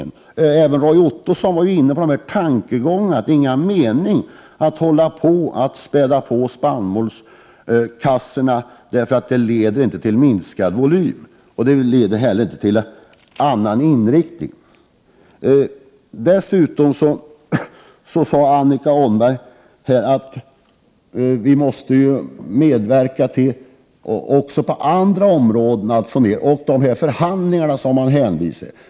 Även Roy Ottosson berörde frågan att det inte är någon mening att späda på spannmålskassorna, för det leder inte till minskad volym eller annan inriktning. Dessutom sade Annika Åhnberg att vi måste medverka till en minskning även på andra områden och hänvisade till förhandlingarna.